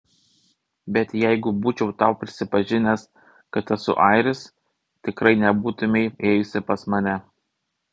bet jeigu būčiau tau prisipažinęs kad esu airis tikrai nebūtumei ėjusi pas mane